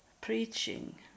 preaching